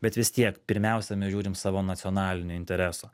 bet vis tiek pirmiausia mes žiūrim savo nacionalinio intereso